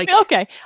okay